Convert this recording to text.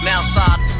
Outside